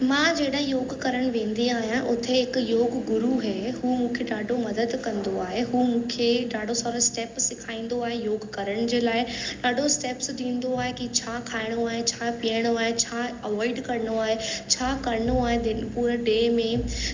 मां जॾहिं योग करण वेंदी आहियां उते हिक योग गुरू है हू मूंखे ॾाढो मदद कंदो आहे हू मूंखे ॾाढो सारो स्टेप सिखाईंदो आहे योग करण जे लाइ ॾाढो स्टेप्स ॾींदो आहे की छा खाइणो आहे छा पीअणो आहे छा अवोइड करिणो आहे छा करिणो आहे जॾहिं पूरे डे में